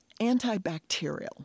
antibacterial